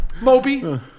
Moby